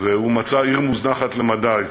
ומצא עיר מוזנחת למדי.